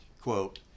quote